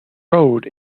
road